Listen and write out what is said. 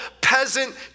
peasant